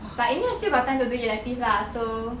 but in the end I still got time to do elective lah so